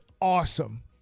awesome